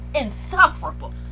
insufferable